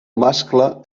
mascle